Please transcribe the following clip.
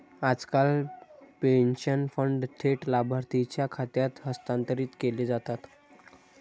आजकाल pension fund थेट लाभार्थीच्या खात्यात हस्तांतरित केले जातात